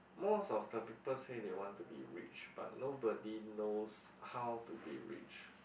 most of the people say they want to be rich but nobody knows how to be rich